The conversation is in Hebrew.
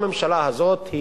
הממשלה הזאת,